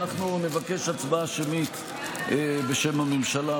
אנחנו נבקש הצבעה שמית בשם הממשלה,